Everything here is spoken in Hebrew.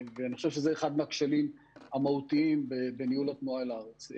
ואני חושב שזה אחד מהכשלים המהותיים בניהול התנועה אל הארץ.